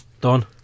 Don